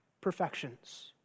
perfections